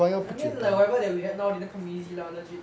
I mean like whatever that we have now didn't come easy lah legit